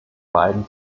beiden